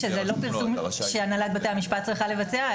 שזה לא פרסום שהנהלת בתי המשפט צריכה לבצע.